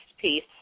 piece